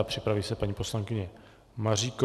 Připraví se paní poslankyně Maříková.